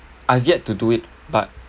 I've yet to do it but